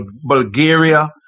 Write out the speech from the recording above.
Bulgaria